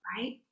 right